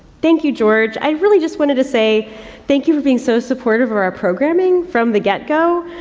thank you, george. i really just wanted to say thank you for being so supportive of our programming from the get-go.